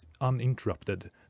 uninterrupted